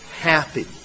happy